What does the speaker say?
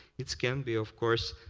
it can be, of course,